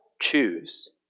choose